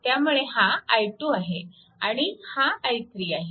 त्यामुळे हा i2 आहे आणि हा i3 आहे